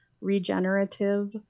regenerative